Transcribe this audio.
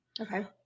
Okay